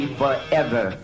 forever